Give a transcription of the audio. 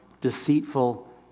deceitful